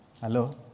Hello